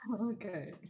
Okay